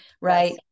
right